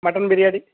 mutton biryani